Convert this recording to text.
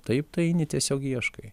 taip tai eini tiesiog ieškai